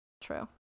True